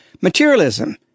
materialism